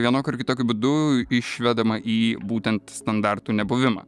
vienokiu ar kitokiu būdu išvedama į būtent standartų nebuvimą